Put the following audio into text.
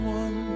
one